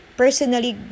personally